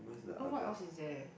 oh what else is there